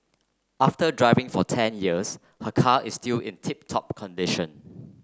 after driving for ten years her car is still in tip top condition